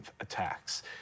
attacks